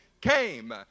came